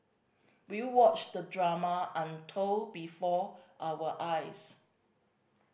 we watched the drama before our eyes